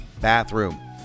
bathroom